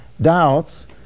doubts